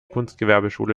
kunstgewerbeschule